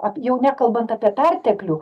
ap jau nekalbant apie perteklių